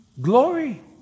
Glory